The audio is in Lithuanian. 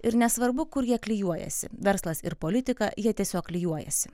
ir nesvarbu kur jie klijuojasi verslas ir politika jie tiesiog klijuojasi